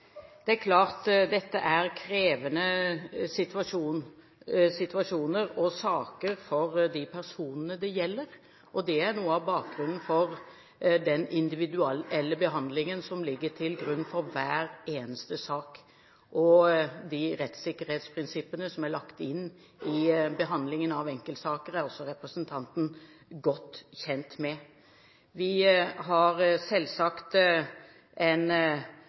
Det er klart at dette er krevende situasjoner, og saker, for de personene det gjelder, og det er noe av bakgrunnen for den individuelle behandlingen som ligger til grunn for hver eneste sak. De rettssikkerhetsprinsippene som er lagt inn i behandlingen av enkeltsaker, er også representanten godt kjent med. Vi har selvsagt